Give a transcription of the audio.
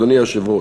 אדוני היושב-ראש.